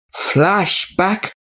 Flashback